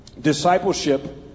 discipleship